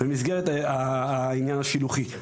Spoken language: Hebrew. במסגרת העניין השילוחי.